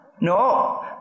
No